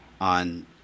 on